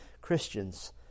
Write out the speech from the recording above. Christians